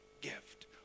gift